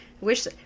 wish